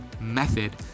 method